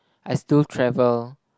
I still travel